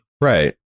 Right